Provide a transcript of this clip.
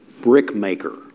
brickmaker